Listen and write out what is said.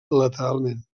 lateralment